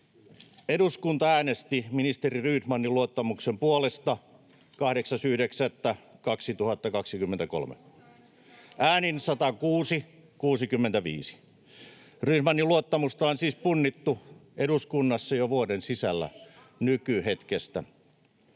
Eduskunta äänesti ministeri Rydmanin luottamuksen puolesta 8.9.2023 äänin 106—65. Rydmanin luottamusta on siis punnittu eduskunnassa jo vuoden sisällä nykyhetkestä.